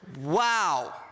Wow